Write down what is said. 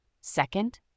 Second